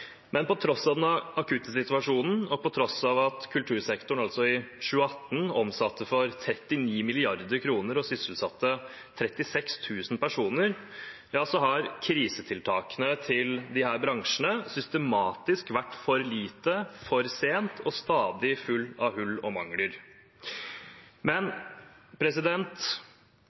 Men på tross av den akutte situasjonen og på tross av at kultursektoren i 2018 omsatte for 39 mrd. kr og sysselsatte 36 000 personer, har krisetiltakene til disse bransjene systematisk vært for små, kommet for sent og stadig vært fulle av hull og mangler.